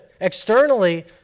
externally